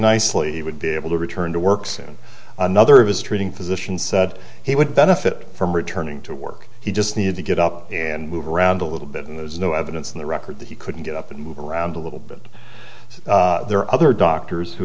nicely he would be able to return to work soon another of his treating physician said he would benefit from returning to work he just needed to get up and move around a little bit in those new evidence in the record that he couldn't get up and move around a little bit so there are other doctors who